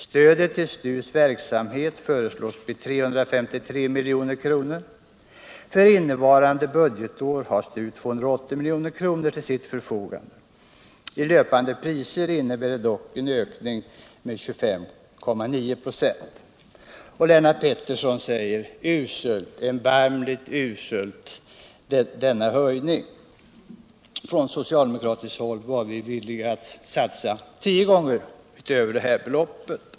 Stödet till STU:s verksamhet föreslås bli 353 milj.kr. För innevarande budgetår har STU 280 milj.kr. till sitt förfogande. I löpande priser innebär det dock en ökning med 25,9 26 jämfört med årets budget. Lennart Pettersson säger om denna höjning: Usel, erbarmligt usel! Från socialdemokratiskt håll var vi villiga att satsa tio gånger mer än det här beloppet.